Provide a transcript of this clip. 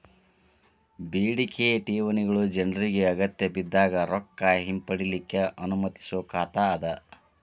ಬೇಡಿಕೆಯ ಠೇವಣಿಗಳು ಜನ್ರಿಗೆ ಅಗತ್ಯಬಿದ್ದಾಗ್ ರೊಕ್ಕ ಹಿಂಪಡಿಲಿಕ್ಕೆ ಅನುಮತಿಸೊ ಖಾತಾ ಅದ